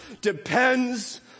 depends